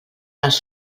les